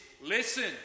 listen